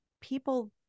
people